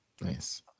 Nice